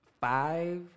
five